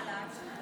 יצאה לחל"ת?